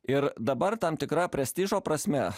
ir dabar tam tikra prestižo prasme